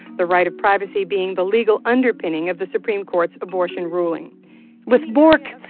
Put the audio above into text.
the right of privacy being the legal underpinning of the supreme court's abortion ruling with bork,